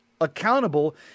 accountable